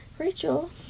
Rachel